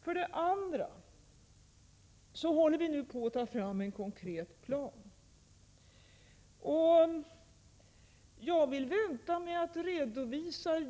För det andra håller vi nu på att ta fram en konkret plan. Jag vill vänta med att i detalj redovisa